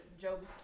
Job's